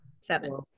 seven